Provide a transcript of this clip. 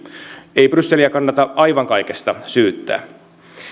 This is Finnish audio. ei brysseliä kannata aivan kaikesta syyttää